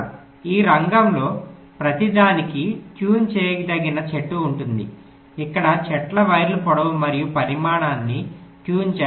ఈ రంగాలలో ప్రతిదానికి ట్యూన్ చేయదగిన చెట్టు ఉంది ఇక్కడ చెట్ల వైర్ పొడవు మరియు పరిమాణాన్ని ట్యూన్ చేస్తారు